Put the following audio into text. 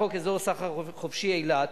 הלילה